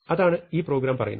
അതാണ് ഈ പ്രോഗ്രാം പറയുന്നത്